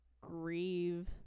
grieve